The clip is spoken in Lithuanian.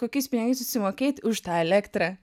kokiais pinigais susimokėt už tą elektrą